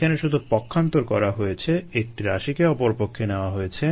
এখানে শুধু পক্ষান্তর করা হয়েছে একটি রাশিকে অপরপক্ষে নেওয়া হয়েছে